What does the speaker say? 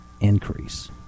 increase